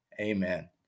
Amen